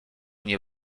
nie